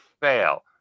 fail